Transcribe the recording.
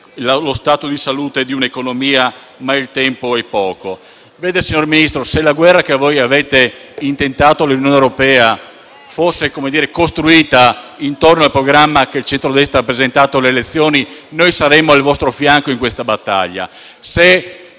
lo stato di salute di un'economia, ma il tempo è poco. Vede, signor Ministro, se la guerra che voi avete intentato all'Unione europea fosse costruita intorno al programma che il centrodestra ha presentato alle elezioni, noi saremmo al vostro fianco in questa battaglia.